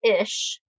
ish